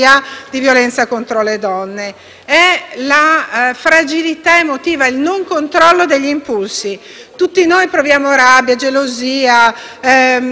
fragilità emotiva e il non controllo degli impulsi. Tutti noi proviamo rabbia, gelosia e tutte le emozioni possibili e immaginabili,